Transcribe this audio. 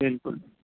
بالکل